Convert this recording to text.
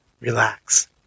Relax